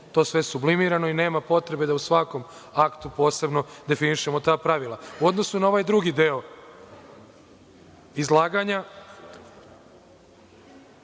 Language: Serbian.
to sve sublimirano i nema potrebe da u svakom aktu posebno definišemo ta pravila.U odnosu na ovaj drugi deo izlaganja,